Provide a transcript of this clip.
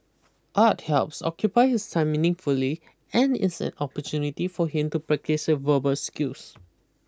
art helps occupy his time meaningfully and is an opportunity for him to practise his verbal skills